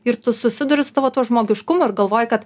ir tu susiduri su tavo tuo žmogiškumu ir galvoji kad